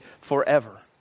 forever